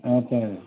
ଆଚ୍ଛା